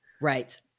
Right